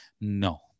No